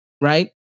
right